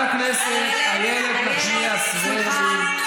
חברת הכנסת איילת נחמיאס ורבין, מה תאמיני לי?